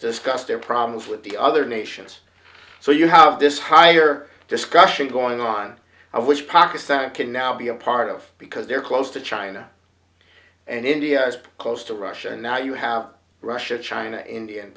discuss their problems with the other nations so you have this higher discussion going on i wish pakistan can now be a part of because they are close to china and india is close to russia now you have russia china india and